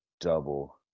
double